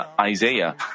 Isaiah